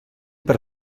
per